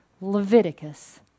Leviticus